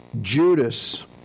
Judas